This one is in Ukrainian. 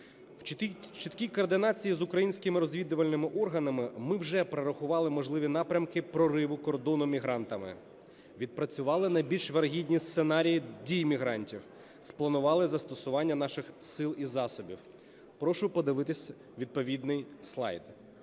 В чіткій координації з українськими розвідувальними органами ми вже прорахували можливі напрямки прориву кордону мігрантами, відпрацювали найбільш вірогідні сценарії дій мігрантів, спланувати застосування наших сил і засобів. Прошу подивитись відповідний слайд.